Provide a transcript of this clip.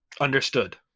Understood